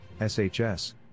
SHS